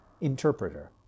interpreter